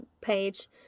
page